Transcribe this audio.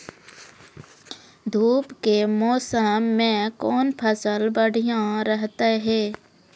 धूप के मौसम मे कौन फसल बढ़िया रहतै हैं?